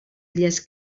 illes